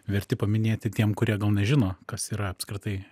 verti paminėti tiem kurie gal nežino kas yra apskritai